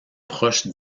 proches